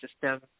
system